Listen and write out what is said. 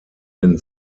den